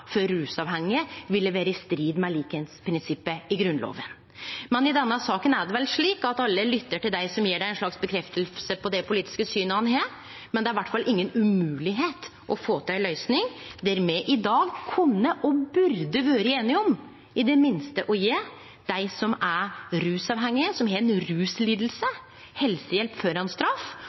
for rusavhengige, ville vere i strid med likskapsprinsippet i Grunnlova. Men i denne saka er det vel slik at alle lyttar til dei som gjev ei slags stadfesting på det politiske synet ein har, men det er iallfall ikkje umogleg å få til ei løysing i dag der me i det minste kunne og burde vore einige om å gje dei som er rusavhengige, som har ei rusliding, helsehjelp framfor straff.